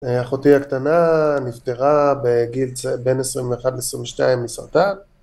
אה.. אחותי הקטנה נפטרה בגיל צע.. בין עשרים ואחת לעשרים ושתיים מסרטן